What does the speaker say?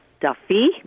Duffy